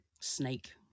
snake